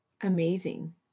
Amazing